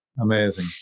Amazing